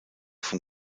vom